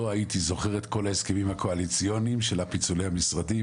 לא הייתי זוכר את כל ההסכמים הקואליציוניים של פיצולי המשרדים,